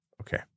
Okay